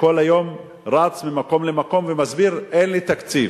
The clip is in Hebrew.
שכל היום רץ ממקום למקום ומסביר: אין לי תקציב.